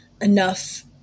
enough